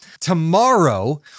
tomorrow